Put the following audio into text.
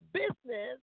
business